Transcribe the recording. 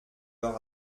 leur